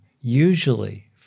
usually